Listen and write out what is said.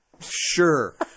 Sure